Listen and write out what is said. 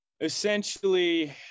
essentially